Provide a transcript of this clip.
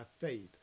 faith